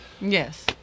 Yes